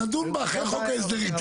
נדון בה אחרי חוק ההסדרים.